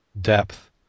depth